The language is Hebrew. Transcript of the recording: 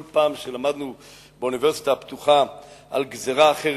כל פעם שלמדנו באוניברסיטה הפתוחה על גזירה אחרת,